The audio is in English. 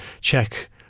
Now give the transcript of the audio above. check